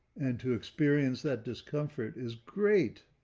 and to experience that discomfort is great.